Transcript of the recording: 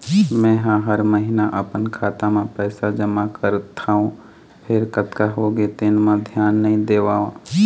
मेंहा हर महिना अपन खाता म पइसा जमा करथँव फेर कतका होगे तेन म धियान नइ देवँव